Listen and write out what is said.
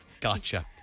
Gotcha